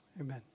Amen